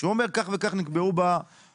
שהוא אומר כך וכך נקבעו בהסכם,